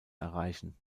erreichen